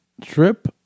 trip